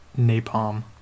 Napalm